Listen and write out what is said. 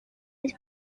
his